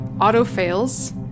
auto-fails